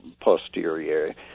posterior